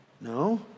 No